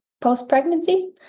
post-pregnancy